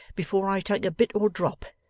before i take a bit or drop.